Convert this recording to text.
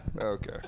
Okay